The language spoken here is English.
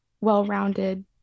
well-rounded